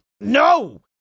No